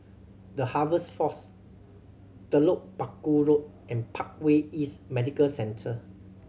The Harvest Force Telok Paku Road and Parkway East Medical Centre